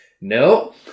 no